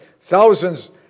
thousands